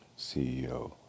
CEO